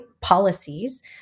policies